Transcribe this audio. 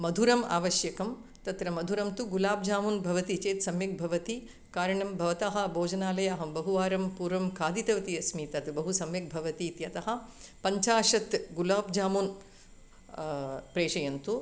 मधुरम् आवश्यकं तत्र मधुरं तु गुलाब् जामून् भवति चेत् सम्यक् भवति कारणं भवतः भोजनालये अहं बहुवारं पूर्वं खादितवती अस्मि तद् बहु सम्यक् भवति इत्यतः पञ्चाशत् गुलाब् जामून् प्रेषयन्तु